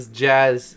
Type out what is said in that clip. jazz